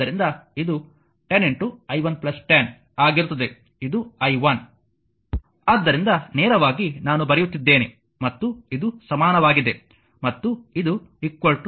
ಆದ್ದರಿಂದ ಇದು 10 i 1 10 ಆಗಿರುತ್ತದೆ ಇದು i 1 ಆದ್ದರಿಂದ ನೇರವಾಗಿ ನಾನು ಬರೆಯುತ್ತಿದ್ದೇನೆ ಮತ್ತು ಇದು ಸಮಾನವಾಗಿದೆ ಮತ್ತು ಇದು 0